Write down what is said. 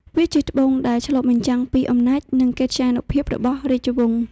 វាជាត្បូងដែលឆ្លុះបញ្ចាំងពីអំណាចនិងកិត្យានុភាពរបស់រាជវង្ស។